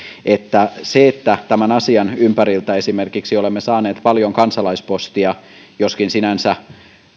että kun tämän asian ympäriltä esimerkiksi olemme saaneet paljon kansalaispostia joskin sinänsä